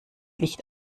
licht